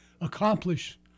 accomplish